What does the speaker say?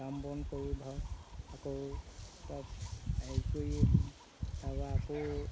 কাম বন কৰোঁ ধৰ আকৌ তাত হেৰি কৰি তাৰপৰা আকৌ